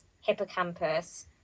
hippocampus